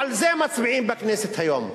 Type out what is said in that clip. מצביעים בכנסת היום.